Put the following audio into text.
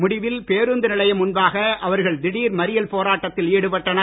முடிவில் பேருந்து நிலையம் முன்பாக அவர்கள் திடீர் மறியல் போராட்டத்தில் ஈடுபட்டனர்